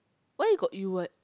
why you got you would